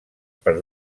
per